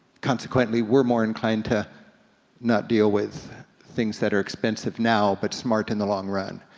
consequently, we're more inclined to not deal with things that are expensive now, but smart in the long run.